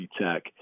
tech